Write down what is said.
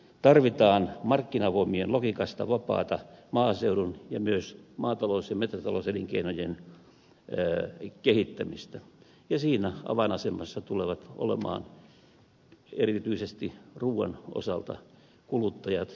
tarvitaan markkinavoimien logiikasta vapaata maaseudun ja myös maatalous ja metsätalouselinkeinojen kehittämistä ja siinä avainasemassa tulevat olemaan erityisesti ruuan osalta kuluttajat